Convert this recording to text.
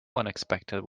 unexpected